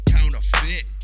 Counterfeit